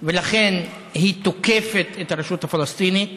ולכן היא תוקפת את הרשות הפלסטינית